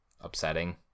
upsetting